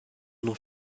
non